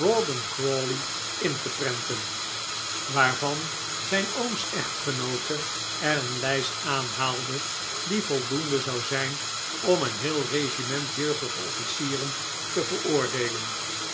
crawley in te prenten waarvan zijn ooms echtgenoote er een lijst aanhaalde die voldoende zou zijn om een heel regiment jeugdige officieren te veroordeelen